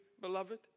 beloved